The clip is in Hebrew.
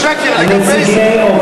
הכנסת גלאון,